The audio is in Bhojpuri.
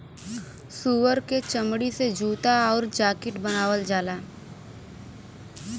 सूअर क चमड़ी से जूता आउर जाकिट बनावल जाला